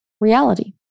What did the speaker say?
reality